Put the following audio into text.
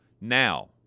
now